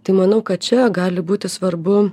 tai manau kad čia gali būti svarbu